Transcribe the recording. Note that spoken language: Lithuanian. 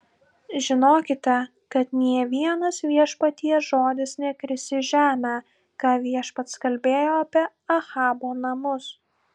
žinokite kad nė vienas viešpaties žodis nekris į žemę ką viešpats kalbėjo apie ahabo namus